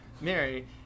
Mary